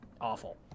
Awful